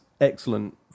excellent